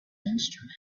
instrument